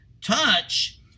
touch